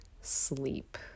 sleep